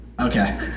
Okay